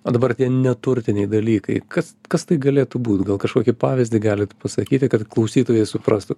o dabar tie neturtiniai dalykai kas kas tai galėtų būt gal kažkokį pavyzdį galit pasakyti kad klausytojai suprastų